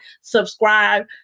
Subscribe